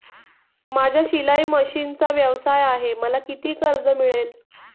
माझा शिलाई मशिनचा व्यवसाय आहे मला किती कर्ज मिळेल?